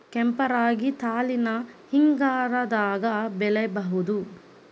ಕೆಂಪ ರಾಗಿ ತಳಿನ ಹಿಂಗಾರದಾಗ ಬೆಳಿಬಹುದ?